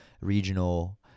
regional